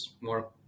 more